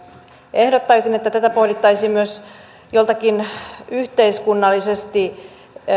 ehdottaisin että tätä pohdittaisiin myös joltakin yhteiskunnallisesti